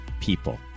people